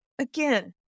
again